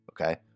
Okay